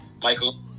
Michael